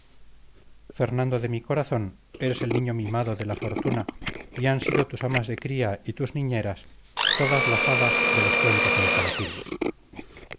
fernando de mi corazón eres el niño mimado de la fortuna y han sido tus amas de cría y tus niñeras todas las hadas de los cuentos infantiles